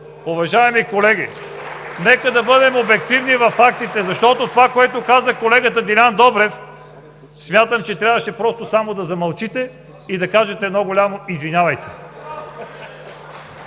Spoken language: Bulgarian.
Уважаеми колеги, нека да бъдем обективни във фактите, защото това, което каза колегата Делян Добрев, смятам, че трябваше просто само да замълчите и да кажете едно голямо „Извинявайте!“.